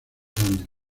años